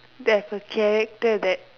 there's a character that